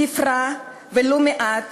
תפרע ולו במעט